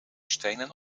stenen